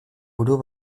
buru